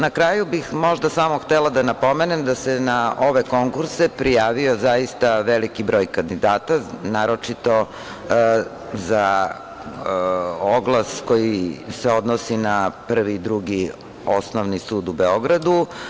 Na kraju bih možda samo htela da napomenem da se na ove konkurse prijavio zaista veliki broj kandidata, naročito za oglas koji se odnosi na Prvi i Drugi osnovni sud u Beogradu.